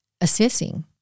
assessing